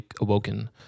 awoken